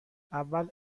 اول